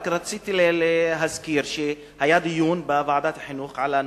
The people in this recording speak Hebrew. רק רציתי להזכיר שהיה דיון בוועדת החינוך על הנושא,